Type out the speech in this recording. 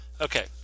Okay